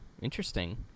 interesting